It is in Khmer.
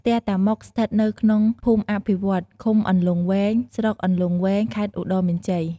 ផ្ទះតាម៉ុក ស្ថិតនៅក្នុងភូមិអភិវឌ្ឍន៍ ឃុំអន្លង់វែង ស្រុកអន្លង់វែង ខេត្តឧត្តរមានជ័យ។